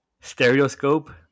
Stereoscope